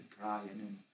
crying